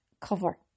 cover